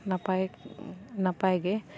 ᱱᱟᱯᱟᱭ ᱱᱟᱯᱟᱭ ᱜᱮ